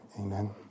amen